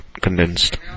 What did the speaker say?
condensed